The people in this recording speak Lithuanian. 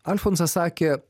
alfonsas sakė